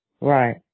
Right